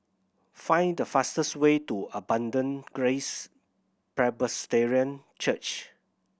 find the fastest way to Abundant Grace Presbyterian Church